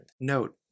Note